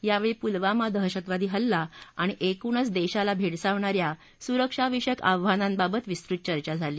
यावेळी पुलवामा दहशतवादी हल्ला आणि एकूणच देशाला भेडसावणा या सुरक्षाविषयक आव्हानांबाबत विस्तृत चर्चा झाली